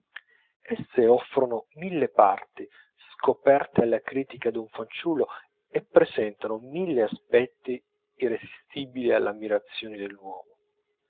mutare esse offrono mille parti scoperte alla critica d'un fanciullo e presentano mille aspetti irresistibili all'ammirazione dell'uomo